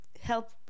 help